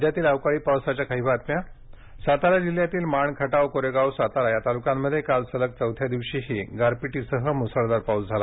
राज्यातील अवकाळी पावसाच्या बातम्या पाऊस सातारा जिल्ह्यातील माण खटाव कोरेगाव सातारा या तालुक्यांमध्ये काल सलग चौथ्या दिवशी गारपीटीसह मुसळधार पाऊस झाला